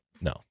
No